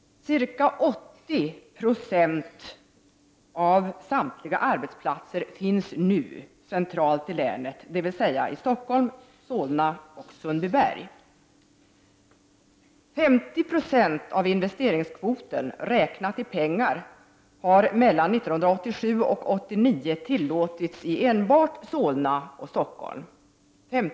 Ca 80 I av länets samtliga arbetsplatser finns nu centralt i länet, dvs. i Stockholm, Solna och Sundbyberg. 50 96 av den tillåtna investeringskvoten räknat i pengar har 1987—1989 gått till enbart Solna och Stockholm.